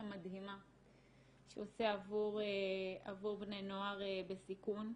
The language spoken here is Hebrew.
המדהימה שהוא עושה עבור בני נוער בסיכון.